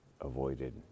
avoided